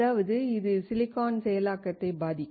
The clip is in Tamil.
அதாவது இது சிலிக்கான் செயலாக்கத்தை பாதிக்கும்